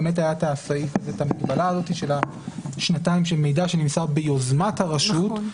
באמת הייתה המגבלה הזאת של השנתיים שמידע שנמסר ביוזמת הרשות,